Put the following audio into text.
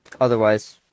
Otherwise